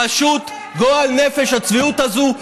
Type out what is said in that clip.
פשוט גועל נפש, הצביעות הזאת.